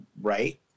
Right